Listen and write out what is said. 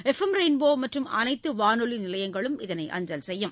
எப் M Rainbow மற்றும் அனைத்து வானொலி நிலையங்களும் இதனை அஞ்சல் செய்யும்